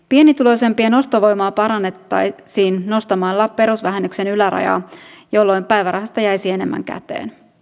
pienituloisempien ostovoimaa parannettaisiin nostamalla perusvähennyksen ylärajaa jolloin päivärahasta jäisi enemmän käteen